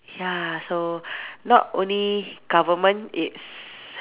ya so not only government is